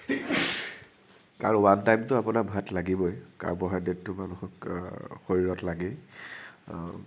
কাৰণ ৱান টাইমটো আপোনাক ভাত লাগিবই কাৰ্বহাইড্ৰেটটো মানুহক শৰীৰত লাগে